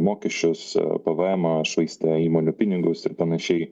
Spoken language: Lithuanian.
mokesčius pvmą švaistė įmonių pinigus ir panašiai